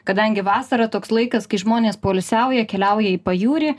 kadangi vasara toks laikas kai žmonės poilsiauja keliauja į pajūrį